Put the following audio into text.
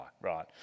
right